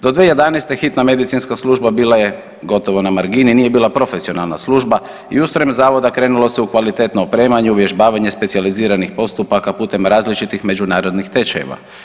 Do 2011. hitna medicinska služba bila je gotovo na margini, nije bila profesionalna služba i ustrojem Zavoda krenulo se u kvalitetno opremanje, uvježbavanje specijaliziranih postupaka putem različitih međunarodnih tečajeva.